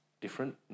different